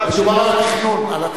מדובר על תכנון.